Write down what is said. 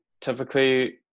typically